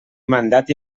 mandat